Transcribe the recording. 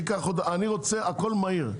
אני רוצה הכול מהיר.